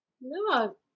No